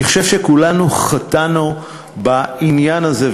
אני חושב שכולנו חטאנו בעניין הזה,